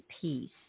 peace